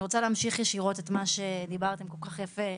אני רוצה להמשיך ישירות את מה שדיברתם כל כך יפה,